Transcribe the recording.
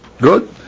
Good